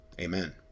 Amen